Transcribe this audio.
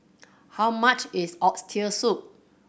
how much is Oxtail Soup